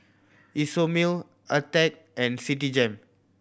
Isomil Attack and Citigem